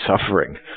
suffering